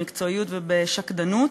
במקצועיות ובשקדנות.